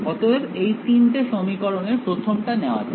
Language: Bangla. অতএব এই তিনটে সমীকরণের প্রথমটা নেওয়া যাক